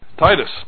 Titus